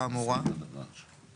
חוק הפיקוח על קידוחי מים, התשט"ו 1955,